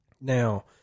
Now